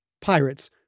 Pirates